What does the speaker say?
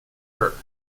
her